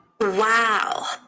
Wow